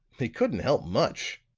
they couldn't help much.